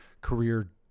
career